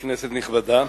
כנסת נכבדה,